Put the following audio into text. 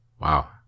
Wow